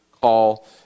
call